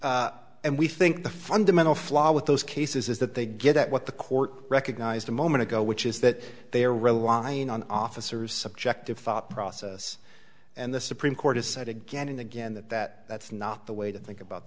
read and we think the fundamental flaw with those cases is that they get at what the court recognized a moment ago which is that they are relying on officers subjective thought process and the supreme court has said again and again that that that's not the way to think about